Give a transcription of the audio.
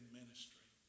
ministry